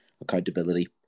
accountability